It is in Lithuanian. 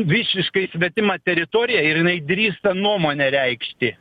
visiškai svetima teritorija ir jinai drįsta nuomonę reikšti